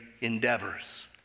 endeavors